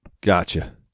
Gotcha